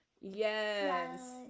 Yes